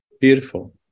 beautiful